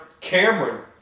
Cameron